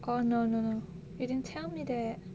oh no no no you didn't tell me that